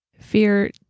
Fear